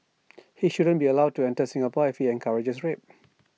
he shouldn't be allowed to enter Singapore if he encourages rape